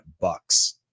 Bucks